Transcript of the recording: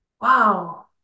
wow